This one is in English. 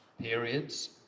periods